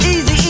Easy